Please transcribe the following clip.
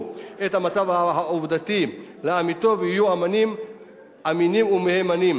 את המצב העובדתי לאמיתו ויהיו אמינים ומהימנים.